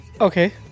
Okay